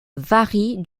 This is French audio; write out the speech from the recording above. varie